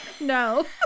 No